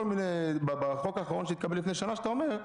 אבל בחוק האחרון שהתקבל לפני שנה שאתה אומר,